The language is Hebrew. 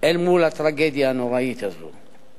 אל מול הטרגדיה הנוראית הזאת.